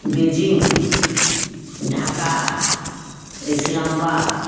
Beijing Dhaka Islamabad